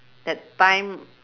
that time